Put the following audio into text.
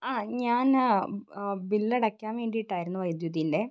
ആ ഞാൻ ബില്ലടക്കാൻ വേണ്ടിയിട്ടായിരുന്നു വൈദ്യുതിൻ്റെ